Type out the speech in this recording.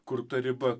kur ta riba